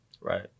Right